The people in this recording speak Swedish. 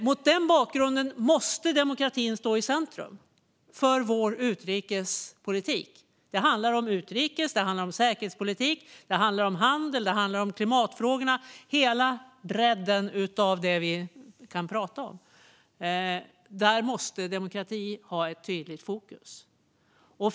Mot den bakgrunden måste demokratin stå i centrum för vår utrikespolitik. Det handlar om utrikespolitik, säkerhetspolitik, handel och klimatfrågor. Det handlar om hela bredden av det vi kan prata om. Här måste demokrati tydligt vara i fokus.